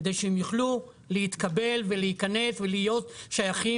כדי שהם יוכלו להתקבל ולהיכנס ולהיות שייכים